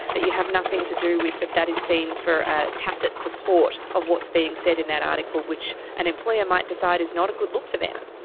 that you have nothing to do with, but that is seen as ah tacit support of what's being said in that article which an employer might decide is not a good look for them.